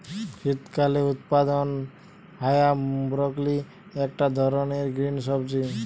শীতকালে উৎপাদন হায়া ব্রকোলি একটা ধরণের গ্রিন সবজি